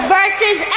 Versus